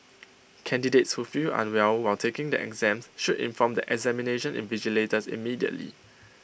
candidates who feel unwell while taking the exams should inform the examination invigilators immediately